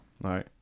right